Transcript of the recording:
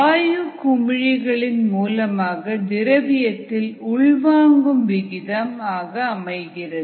வாயு குமிழிகளின் மூலமாக திரவியத்தில் உள்வாங்கும் விகிதம் அமைகிறது